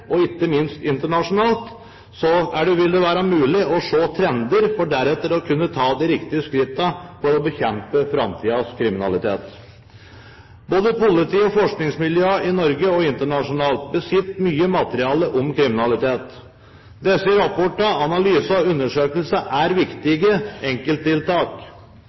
og, ikke minst, internasjonalt, vil det være mulig å se trender for deretter å kunne ta de riktige skrittene for å bekjempe framtidens kriminalitet. Både politiet og forskningsmiljøene i Norge og internasjonalt besitter mye materiale om kriminalitet. Disse rapportene, analysene og undersøkelsene er viktige enkelttiltak,